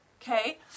okay